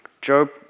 Job